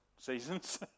seasons